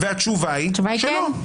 והתשובה היא שלא.